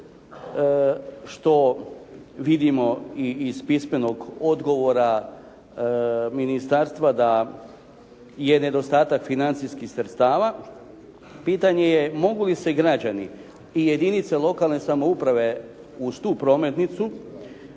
što vidimo i iz pismenog odgovora ministarstva da je nedostatak financijskih sredstava, pitanje je mogu li se građani i jedinice lokalne samouprave uz tu prometnicu,